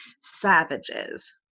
savages